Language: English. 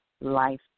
Life